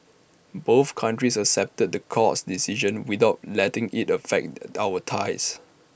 both countries accepted the court's decision without letting IT affect our ties